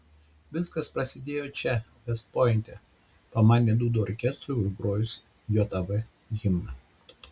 viskas prasidėjo čia vest pointe pamanė dūdų orkestrui užgrojus jav himną